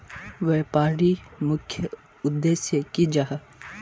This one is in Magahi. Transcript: व्यापारी प्रमुख उद्देश्य की जाहा?